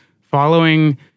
following